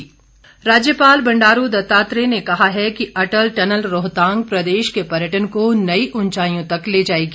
राज्यपाल राज्यपाल बंडारू दत्तात्रेय ने कहा है कि अटल टनल रोहतांग प्रदेश के पर्यटन को नई उंचाईयों तक ले जाएगी